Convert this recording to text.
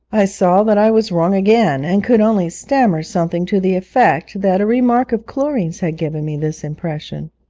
i saw that i was wrong again, and could only stammer something to the effect that a remark of chlorine's had given me this impression.